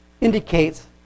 indicates